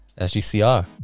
SGCR